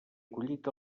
acollit